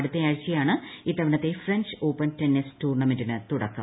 അടുത്തയാഴ്ചയാണ് ഇത്തവണത്തെ French Open tennis ടൂർണമെന്റിന് തുടക്കം